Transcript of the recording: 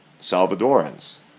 Salvadorans